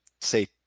say